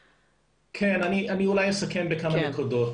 כן, אני אולי אסכם בכמה נקודות